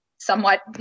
somewhat